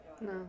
No